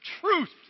truth